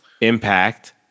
Impact